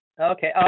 Okay